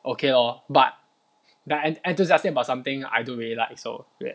okay lor but but en~ enthusiastic about something I don't really like so ya